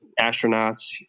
astronauts